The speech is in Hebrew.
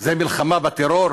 זה מלחמה בטרור?